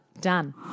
Done